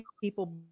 people